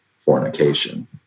fornication